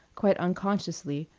quite unconsciously,